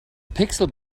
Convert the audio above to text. pixel